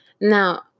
Now